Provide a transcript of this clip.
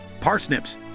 parsnips